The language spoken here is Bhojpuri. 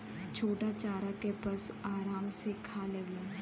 छोटा चारा के पशु आराम से खा लेवलन